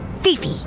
Fifi